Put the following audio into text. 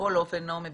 נעמי,